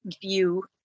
view